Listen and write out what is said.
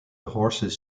horses